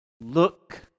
look